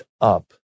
up